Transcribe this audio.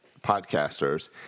podcasters